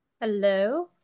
hello